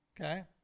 okay